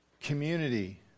Community